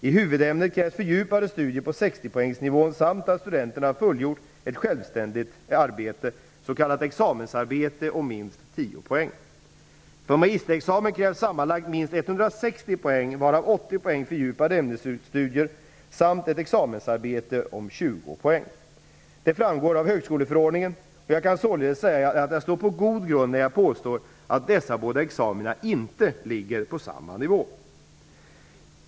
I huvudämnet krävs fördjupade studier på 60-poängsnivån samt att studenten har fullgjort ett självständigt arbete, s.k. examensarbete, om minst 10 poäng. För magisterexamen krävs sammanlagt minst 160 poäng, varav 80 poäng fördjupade ämnesstudier samt ett examensarbete om 20 poäng. Detta framgår av högskoleförordningen, och jag kan således säga att jag står på god grund när jag påstår att dessa båda examina inte ligger på samma nivå.